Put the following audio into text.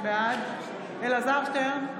בעד אלעזר שטרן,